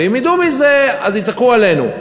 ואם ידעו מזה אז יצעקו עלינו.